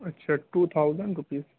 اچھا two thousand rupees